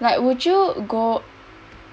like would you go